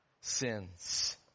sins